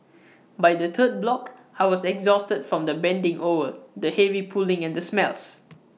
by the third block I was exhausted from the bending over the heavy pulling and the smells